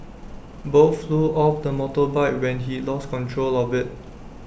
both flew off the motorbike when he lost control of IT